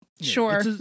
sure